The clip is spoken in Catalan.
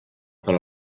per